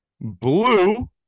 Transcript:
blue